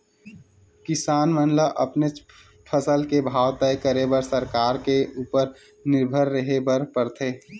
किसान मन ल अपनेच फसल के भाव तय करे बर सरकार के उपर निरभर रेहे बर परथे